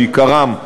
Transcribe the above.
שעיקרם,